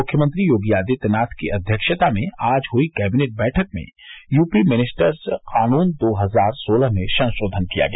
मुख्यमंत्री योगी आदित्यनाथ की अध्यक्षता में आज हुयी कैबिनेट बैठक में यूपी मिनिस्टर्स कानून दो हजार सोलह में संशोधन किया गया